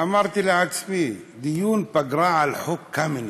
אמרתי לעצמי: דיון פגרה על חוק קמיניץ,